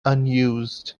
unused